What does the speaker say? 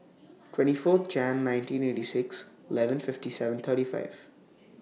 twenty four Jan nineteen eighty six eleven fifty seven thirty five